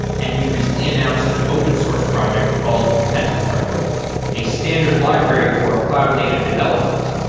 and he recently announced an open source project called metaparticle, a standard library for cloud native development.